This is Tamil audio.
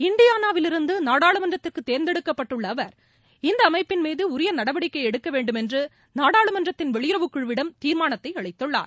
இண்டியானாவிலிருந்து நாடாளுமன்றத்திற்கு தேர்ந்தெடுக்கப்பட்டுள்ள அவர் இந்த அமைப்பின் மீது உரிய நடவடிக்கை எடுக்கவேண்டும் என்று நாடாளுமன்றத்தின் வெளியுறவு குழுவிடம் தீர்மானத்தை அளித்துள்ளார்